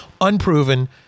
unproven